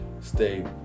stay